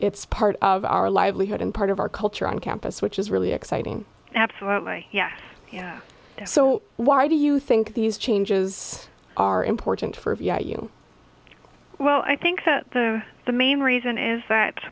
it's part of our livelihood and part of our culture on campus which is really exciting absolutely yeah yeah so why do you think these changes are important for of yet you well i think that the the main reason is that